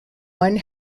one